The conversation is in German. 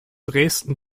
dresden